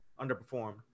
underperformed